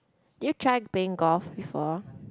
did you try playing golf before